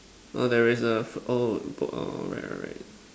no there is a fo~ oh ball right right